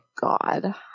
God